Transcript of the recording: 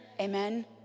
Amen